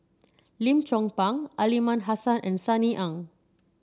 Lim Chong Pang Aliman Hassan and Sunny Ang